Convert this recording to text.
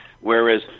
Whereas